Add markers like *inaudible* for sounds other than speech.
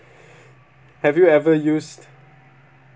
*breath* have you ever used